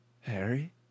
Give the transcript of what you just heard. Harry